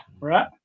right